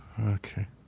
Okay